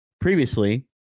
Previously